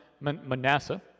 Manasseh